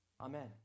Amen